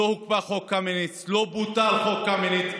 לא הוקפא חוק קמיניץ, לא בוטל חוק קמיניץ.